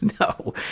No